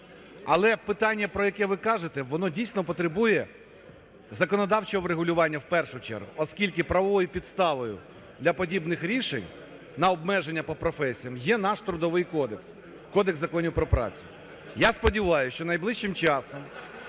Але питання, про яке ви кажете, воно дійсно потребує законодавчого врегулювання в першу чергу, оскільки правовою підставою для подібних рішень на обмеження по професіям є наш Трудовий кодекс – Кодекс законів про працю. Я сподіваюсь, що найближчим часом